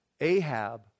Ahab